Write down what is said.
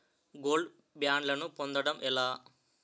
Gold బ్యాండ్లను పొందటం ఎలా?